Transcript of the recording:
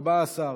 תודה רבה.